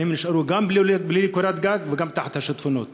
אבל הם נשארו גם בלי קורת גג וגם תחת השיטפונות.